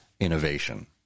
innovation